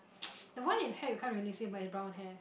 the one in hat we can't really see but it's brown hair